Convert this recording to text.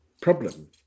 problem